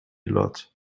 lot